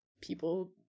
people